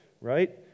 right